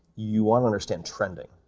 you wanna understand trending.